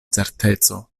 certeco